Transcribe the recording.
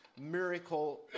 miracle